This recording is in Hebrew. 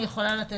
אני יכולה לתת.